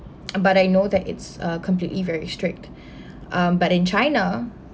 uh but I know that it's uh completely very strict um but in china